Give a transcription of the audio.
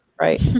right